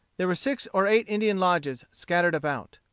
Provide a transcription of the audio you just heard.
there were six or eight indian lodges scattered about.